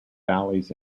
valleys